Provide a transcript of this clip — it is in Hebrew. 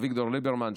אביגדור ליברמן,